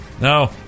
No